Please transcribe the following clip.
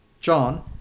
John